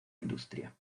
industria